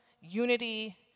unity